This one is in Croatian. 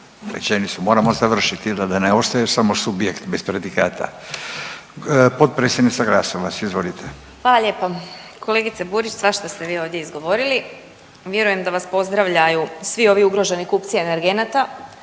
Rečenicu moramo završiti da ne ostaju samo subjekt bez predikata. Potpredsjednica Glasovac, izvolite. **Glasovac, Sabina (SDP)** Hvala lijepa. Kolegice Burić svašta ste vi ovdje izgovorili. Vjerujem da vas pozdravljaju svi ovi ugroženi kupci energenata